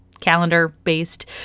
calendar-based